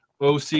OC